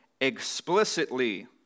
explicitly